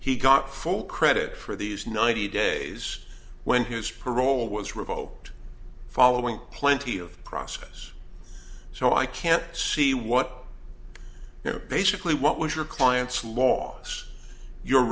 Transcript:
he got full credit for these ninety days when his parole was revoked following plenty of process so i can't see what you know basically what was your client's loss you